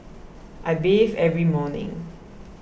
I bathe every morning